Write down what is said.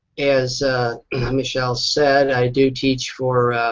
as michelle said i do teach for